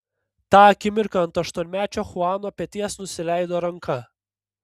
tą akimirką ant aštuonmečio chuano peties nusileido ranka